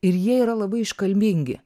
ir jie yra labai iškalbingi